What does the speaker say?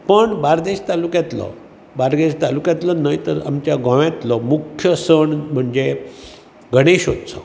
पण बार्देज तालुक्यांतलो बार्देज तालुक्यांतलो न्हय तर गोंयातलो मुख्य सण म्हणजे गणेश उत्सव